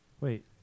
Wait